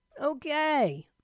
Okay